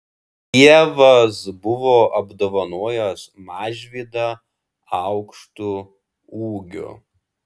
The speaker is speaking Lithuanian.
dievas buvo apdovanojęs mažvydą aukštu ūgiu